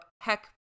heck